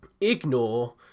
ignore